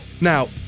Now